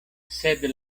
sed